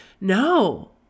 No